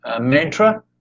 mantra